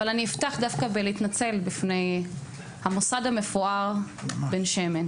אבל אני אפתח דווקא להתנצל בפני המוסד המפואר בן שמן,